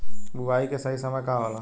बुआई के सही समय का होला?